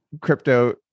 crypto